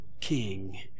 King